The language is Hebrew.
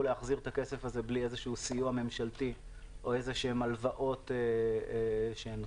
להחזיר את הכסף בלי סיוע ממשלתי או הלוואות שנותנים,